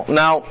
now